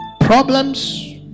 problems